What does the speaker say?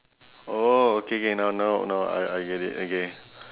oh okay K now now now I I get it okay